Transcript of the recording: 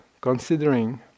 Considering